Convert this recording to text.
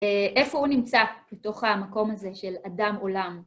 איפה הוא נמצא בתוך המקום הזה של אדם עולם?